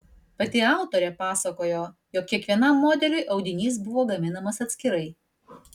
pati autorė pasakojo jog kiekvienam modeliui audinys buvo gaminamas atskirai